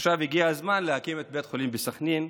עכשיו הגיע הזמן להקים את בית החולים בסח'נין,